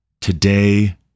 today